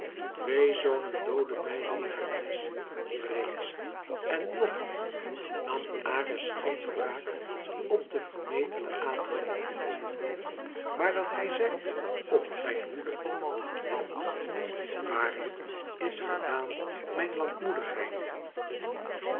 twee zonen doodde mij herakles reeds en ng nam ares geen wraak op den vermetelen aterling maar dat hij zij op zijn hoede want waarlijk is gedaan mijn